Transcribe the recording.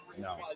No